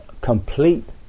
complete